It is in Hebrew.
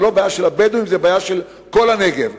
זו לא בעיה של הבדואים, זו בעיה של כל הנגב.